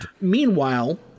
Meanwhile